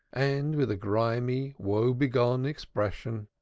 and with a grimy woe-begone expression.